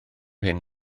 hyn